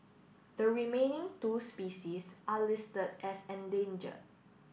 the remaining two species are list as endangered